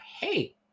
hey